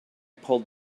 pulled